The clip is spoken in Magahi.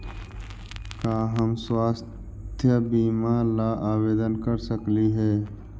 का हम स्वास्थ्य बीमा ला आवेदन कर सकली हे?